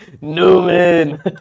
Newman